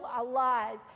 alive